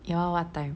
your one what time